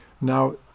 Now